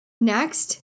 Next